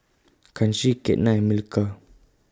Kanshi Ketna and Milkha